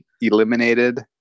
eliminated